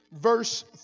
verse